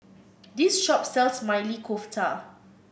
this shop sells Maili Kofta